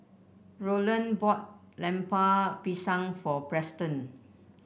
Rowland bought Lemper Pisang for Preston